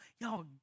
y'all